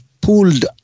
pulled